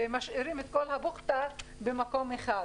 ומשאירים את כל הבוחטה במקום אחד.